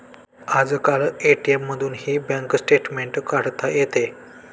आजकाल ए.टी.एम मधूनही bank statement काढता येते